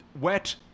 wet